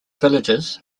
villages